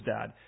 dad